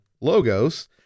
logos